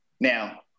Now